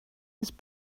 his